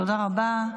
תודה רבה.